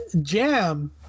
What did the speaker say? Jam